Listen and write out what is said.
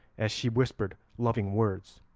as she whispered loving words.